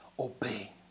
Obey